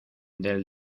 del